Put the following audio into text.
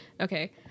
Okay